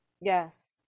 yes